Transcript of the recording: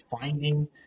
finding